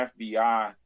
FBI